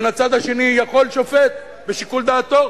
מן הצד השני יכול שופט, בשיקול דעתו,